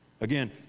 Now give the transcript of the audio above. Again